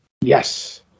Yes